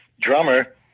drummer